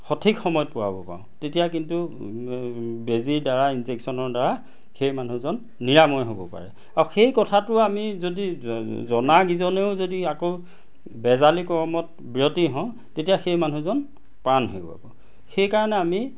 সঠিক সময়ত পোৱাব পাৰোঁ তেতিয়া কিন্তু বেজীৰ দ্বাৰা ইনজেকচনৰ দ্বাৰা সেই মানুহজন নিৰাময় হ'ব পাৰে আৰু সেই কথাটো আমি যদি জনা কিজনেও যদি আকৌ বেজালী কৰ্মত ব্যতি হওঁ তেতিয়া সেই মানুহজন প্ৰাণ হেৰুৱাব সেইকাৰণে আমি